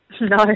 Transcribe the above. No